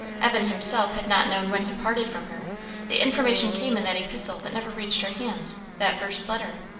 evan himself had not known when he parted from her the information came in that epistle that never reached her hands, that first letter.